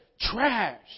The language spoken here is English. trash